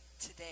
today